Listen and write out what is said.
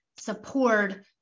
support